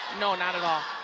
no, not at all.